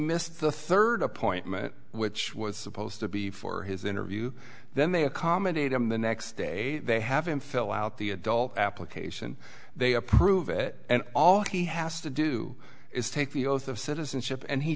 missed the third appointment which was supposed to be for his interview then they accommodate him the next day they have him fill out the adult application they approve it and all he has to do is take the oath of citizenship and he